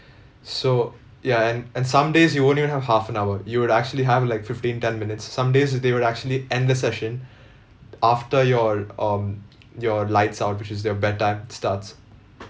so ya and and some days you won't even have half an hour you would actually have like fifteen ten minutes some days they would actually end the session after your um your lights out which is your bedtime starts